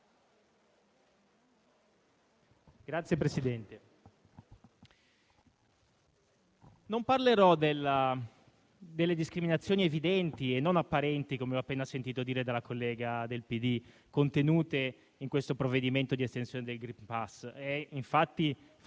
Signor Presidente, non parlerò delle discriminazioni evidenti e non apparenti - come ho appena sentito dire dalla collega del PD - contenute in questo provvedimento di estensione del *green pass*.